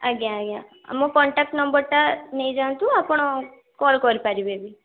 ଆଜ୍ଞା ଆଜ୍ଞା ମୋ କଣ୍ଟାକ୍ଟ ନମ୍ୱର୍ଟା ନେଇଯାନ୍ତୁ ଆପଣ କଲ୍ କରିପାରିବେ ବି